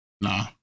nah